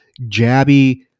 jabby